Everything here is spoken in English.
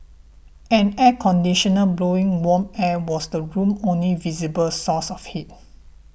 an air conditioner blowing warm air was the room's only visible source of heat